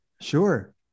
Sure